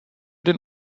den